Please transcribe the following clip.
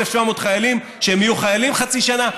1,700 חיילים שהם יהיו חיילים חצי שנה,